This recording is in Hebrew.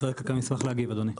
משרד הכלכלה ישמח להגיב אדוני.